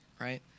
right